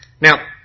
Now